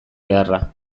beharra